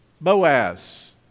Boaz